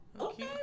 Okay